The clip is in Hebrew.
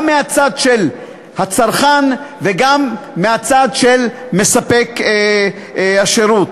גם מהצד של הצרכן וגם מהצד של מספק השירות.